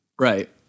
Right